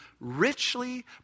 richly